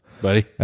Buddy